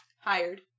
Hired